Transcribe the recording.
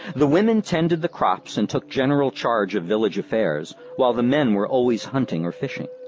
the women tended the crops and took general charge of village affairs while the men were always hunting or fishing.